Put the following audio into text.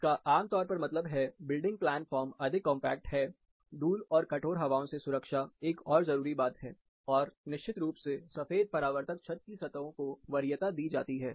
इसका आमतौर पर मतलब है बिल्डिंग प्लान फॉर्म अधिक कॉम्पैक्ट है धूल और कठोर हवाओं से सुरक्षा एक और जरूरी बात है और निश्चित रूप से सफेद परावर्तक छत की सतहों को वरीयता दी जाती है